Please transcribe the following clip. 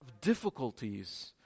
difficulties